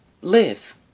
Live